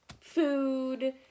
food